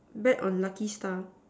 bet on lucky star